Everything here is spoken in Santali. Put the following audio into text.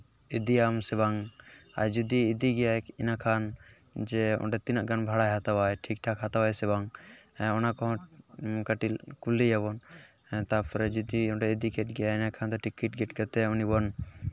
ᱤᱫᱤᱭᱟᱢ ᱥᱮ ᱵᱟᱝ ᱟᱨ ᱡᱩᱫᱤ ᱤᱫᱤ ᱜᱮᱭᱟᱭ ᱤᱱᱟᱹᱠᱷᱟᱱ ᱡᱮ ᱚᱸᱰᱮ ᱛᱤᱱᱟᱹᱜ ᱜᱟᱱ ᱵᱷᱟᱲᱟᱭ ᱦᱟᱛᱟᱣᱟ ᱴᱷᱤᱠᱴᱷᱟᱠ ᱦᱟᱛᱟᱣᱟᱭ ᱥᱮ ᱵᱟᱝ ᱚᱱᱟ ᱠᱚᱦᱚᱸ ᱠᱟᱹᱴᱤᱡ ᱠᱩᱞᱤᱭᱮᱭᱵᱚᱱ ᱛᱟᱨᱯᱚᱨᱮ ᱡᱩᱫᱤ ᱚᱸᱰᱮ ᱤᱫᱤᱠᱮᱫ ᱜᱮᱭᱟᱭ ᱮᱱᱰᱮᱠᱷᱟᱱ ᱫᱚ ᱴᱤᱠᱤᱴ ᱜᱮᱫ ᱠᱟᱛᱮᱫ ᱩᱱᱤᱵᱚᱱ